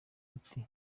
ati